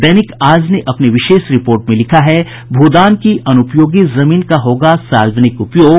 दैनिक आज ने अपनी विशेष रिपोर्ट में लिखा है भू दान की अनुपयोगी जमीन का होगा सार्वजनिक उपयोग